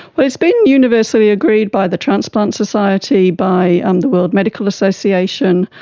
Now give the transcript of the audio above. but it's been universally agreed by the transplant society, by um the world medical association,